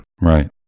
Right